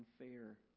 unfair